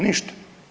Ništa.